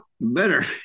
better